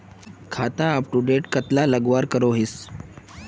खाता अपटूडेट कतला लगवार करोहीस?